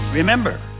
Remember